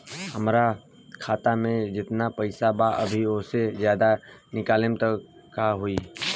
हमरा खाता मे जेतना पईसा बा अभीओसे ज्यादा निकालेम त का होई?